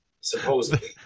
supposedly